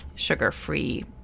sugar-free